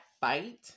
fight